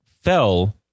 fell